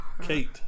Kate